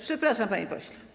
Przepraszam, panie pośle.